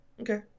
Okay